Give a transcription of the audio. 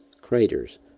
craters